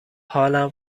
حالم